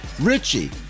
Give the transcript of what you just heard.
Richie